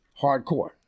hardcore